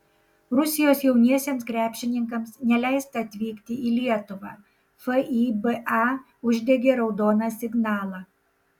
rusijos jauniesiems krepšininkams neleista atvykti į lietuvą fiba uždegė raudoną signalą